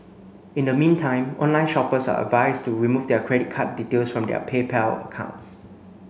in the meantime online shoppers are advised to remove their credit card details from their PayPal accounts